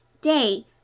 day